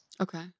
Okay